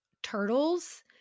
turtles